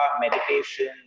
meditation